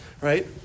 Right